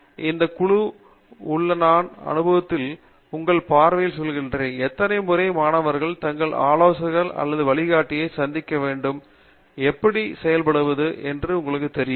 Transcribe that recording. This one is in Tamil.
இந்த சூழலில் நான் உங்கள் அனுபவத்திலும் உங்கள் பார்வையிலும் சொல்கிறேன் எத்தனை முறை மாணவர்கள் தங்கள் ஆலோசகர் அல்லது வழிகாட்டியை சந்திக்க வேண்டும் எப்படி செயல்படுவது என்று தெரியவரும்